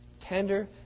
Tender